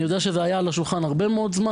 אני יודע שזה היה על השולחן הרבה מאוד זמן